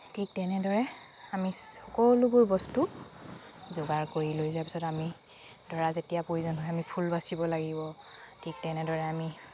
ঠিক তেনেদৰে আমি সকলোবোৰ বস্তু যোগাৰ কৰি লৈ যোৱাৰ পিছত আমি ধৰা যেতিয়া প্ৰয়োজন হয় আমি ফুল বাছিব লাগিব ঠিক তেনেদৰে আমি